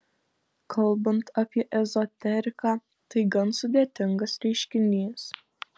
kalbant apie ezoteriką tai gan sudėtingas reiškinys